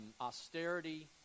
austerity